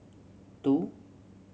two